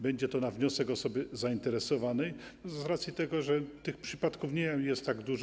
Będzie to na wniosek osoby zainteresowanej z racji tego, że tych przypadków nie jest tak dużo.